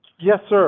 yes, sir.